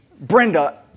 Brenda